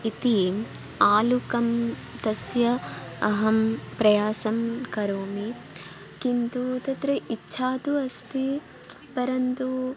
इति आलुकं तस्य अहं प्रयासं करोमि किन्तु तत्र इच्छा तु अस्ति परन्तु